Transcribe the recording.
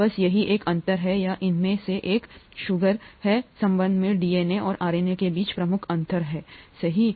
बस यही एक अंतर है या इनमें से एक है शुगर के संदर्भ में डीएनए और आरएनए के बीच प्रमुख अंतर सही है